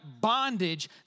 bondage